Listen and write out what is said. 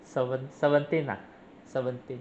seven seventeen ah seventeen